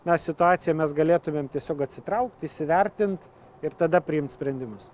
na situacija mes galėtumėm tiesiog atsitraukt įsivertint ir tada priimt sprendimus